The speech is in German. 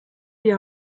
die